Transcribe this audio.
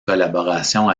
collaboration